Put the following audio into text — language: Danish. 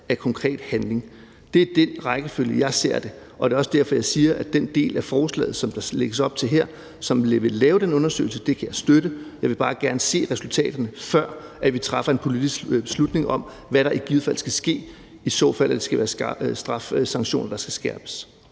af konkret handling. Det er den rækkefølge, jeg ser det, og det er også derfor, jeg siger, at den del af forslaget, som der lægges op til her, hvad angår at lave den undersøgelse, kan jeg støtte, men jeg vil bare gerne se resultaterne, før vi træffer en politisk beslutning om, hvad der i givet fald skal ske, ifald strafsanktionerne skal skærpes.